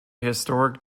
historic